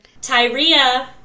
Tyria